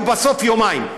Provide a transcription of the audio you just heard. בסוף היו יומיים.